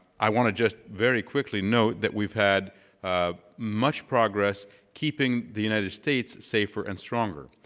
i want to just very quickly note that we've had ah much progress keeping the united states safer and stronger.